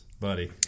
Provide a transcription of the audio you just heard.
buddy